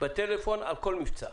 בטלפון על כל מבצע?